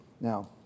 Now